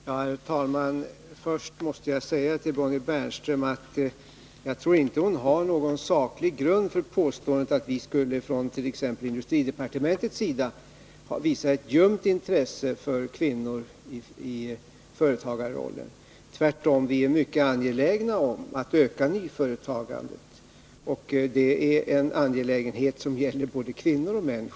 Herr talman! Först vill jag säga till Bonnie Bernström att jag inte tror att hon har någon saklig grund för påståendet att vi t.ex. från industridepartementets sida skulle visa ett ljumt intresse för kvinnor i företagarrollen. Tvärtom är vi mycket angelägna om att öka nyföretagandet, och detta är självfallet en sak som gäller både kvinnor och män.